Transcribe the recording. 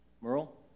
Merle